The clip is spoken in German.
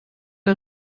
der